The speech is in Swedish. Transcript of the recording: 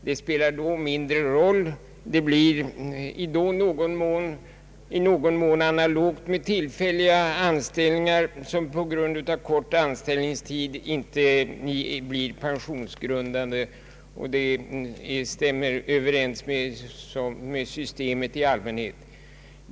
Det spelar då mindre roll, det blir i någon mån analogt med tillfälliga anställningar som på grund av kort anställningstid inte blir pensionsgrundande, och det stämmer överens med systemet i allmänhet.